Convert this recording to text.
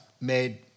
made